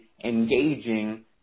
engaging